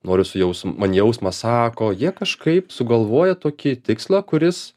noriu su jausm man jausmas sako jie kažkaip sugalvoja tokį tikslą kuris